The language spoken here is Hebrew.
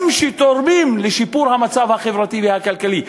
שתורמים לשיפור המצב החברתי והכלכלי,